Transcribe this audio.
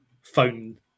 phone